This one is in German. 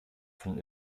von